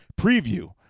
preview